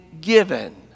given